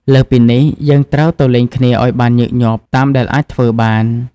លើសពីនេះ យើងត្រូវទៅលេងគ្នាឲ្យបានញឹកញាប់តាមដែលអាចធ្វើបាន។